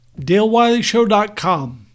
DaleWileyShow.com